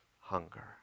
hunger